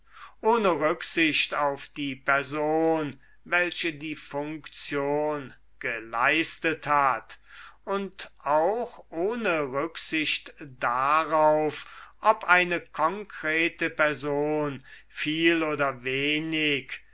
ohne rücksicht auf die person welche die funktion geleistet hat und auch ohne rücksicht darauf ob eine konkrete person viel oder wenig